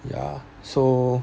ya so